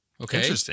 Okay